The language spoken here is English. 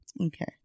Okay